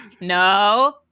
No